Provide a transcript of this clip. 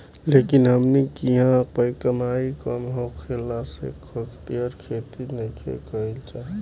लेकिन हमनी किहाँ कमाई कम होखला से खेतिहर खेती नइखे कईल चाहत